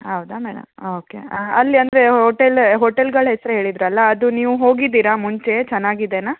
ಹೌದಾ madam okay ಅಲ್ಲಿ ಅಂದರೆ ಹೋಟೆಲ್ ಹೋಟೆಲ್ಗಳ ಹೆಸ್ರು ಹೇಳಿದಿರಲ್ಲ ಅದು ನೀವು ಹೋಗಿದ್ದೀರ ಮುಂಚೆ ಚೆನ್ನಾಗಿದೆಯ